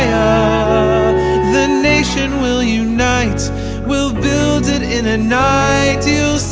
um the nation will unite we'll build it in a night